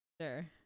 Sure